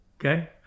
okay